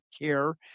care